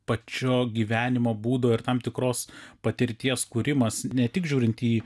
pačio gyvenimo būdo ir tam tikros patirties kūrimas ne tik žiūrint į